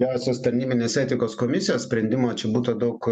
vyriausios tarnybinės etikos komisijos sprendimo čia būta daug